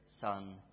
Son